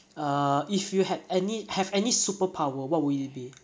err if you had any have any superpower what would it be